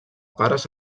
pares